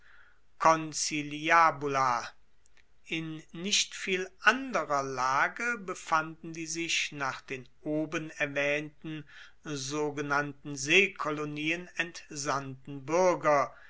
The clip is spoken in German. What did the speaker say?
in nicht viel anderer lage befanden sich die nach den oben erwaehnten sogenannten seekolonien entsandten buerger